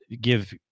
give